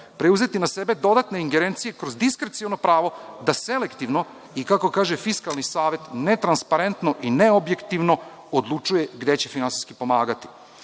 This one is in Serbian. preuzeti na sebe dodatne ingerencije kroz diskreciono pravo da selektivno i kako kaže Fiskalni savet netransparentno i neobjektivno odlučuje gde će finansijski pomagati.I